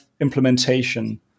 implementation